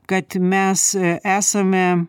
kad mes esame